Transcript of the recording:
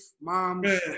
Moms